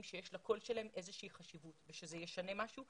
שלקול שלהם יש איזושהי חשיבות ושזה ישנה משהו.